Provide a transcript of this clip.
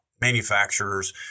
manufacturers